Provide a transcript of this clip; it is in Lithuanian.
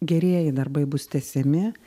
gerieji darbai bus tęsiami